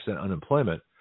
unemployment